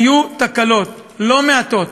היו תקלות, לא מעטות.